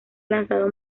lanzado